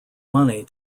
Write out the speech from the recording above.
money